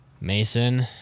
Mason